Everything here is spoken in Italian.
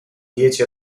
dieci